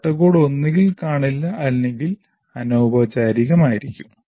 ചട്ടക്കൂട് ഒന്നുകിൽ കാണില്ല അല്ലെങ്കിൽ അനൌപചാരികമായിരിക്കും